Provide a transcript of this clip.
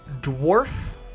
dwarf